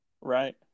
Right